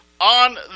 on